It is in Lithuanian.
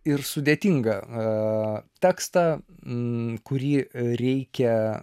ir sudėtingą tekstą kurį reikia